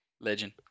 legend